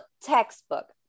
textbook